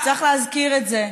צריך להזכיר את זה.